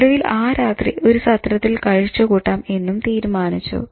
ഒടുവിൽ ആ രാത്രി ഒരു സത്രത്തിൽ കഴിച്ചുകൂട്ടാം എന്നും തീരുമാനിച്ചു